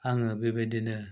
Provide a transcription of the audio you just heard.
आङो बेबायदिनो